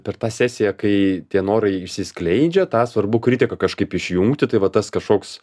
per tą sesiją kai tie norai išsiskleidžia tą svarbu kritiką kažkaip išjungti tai va tas kažkoks